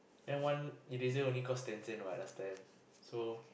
then one eraser only cost ten cent what last time so